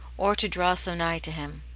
or to draw so nigh to him.